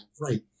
right